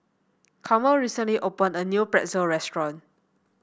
Carmel recently opened a new Pretzel restaurant